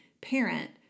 parent